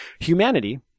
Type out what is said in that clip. Humanity